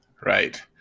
Right